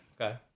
Okay